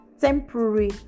temporary